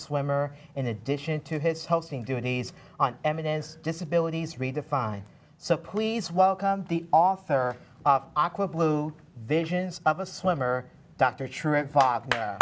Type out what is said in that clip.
swimmer in addition to his hosting duties on evidence disability redefined so please welcome the author of aqua blue visions of a swimmer dr